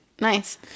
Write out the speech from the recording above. nice